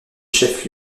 chef